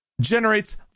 generates